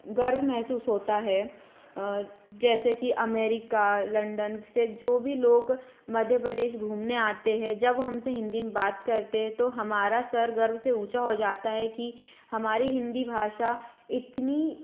गर्व महसूस होता है जैसे कि अमेरिका लंडन से जो भी लोग मध्य प्रदेश घूमने आते हैं जब हम से हिंदी में बात करते हैं तो हमारा सर गर्व से ऊँचा हो जाता है कि हमारी हिंदी भाषा इतनी